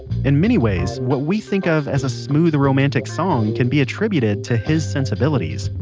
in many ways, what we think of as a smooth, romantic song can be attributed to his sensibilities.